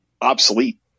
obsolete